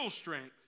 strength